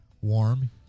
warm